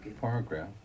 paragraph